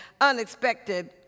unexpected